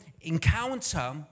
encounter